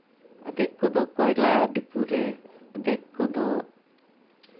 ᱟᱫᱷᱮᱠ ᱠᱚᱫᱚ ᱠᱚᱭᱞᱟ ᱰᱷᱤᱯᱩ ᱨᱮ ᱟᱫᱷᱮᱠ ᱠᱚᱫᱚ